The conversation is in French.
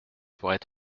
pourrait